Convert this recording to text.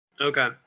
Okay